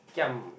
giam